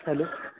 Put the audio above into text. hello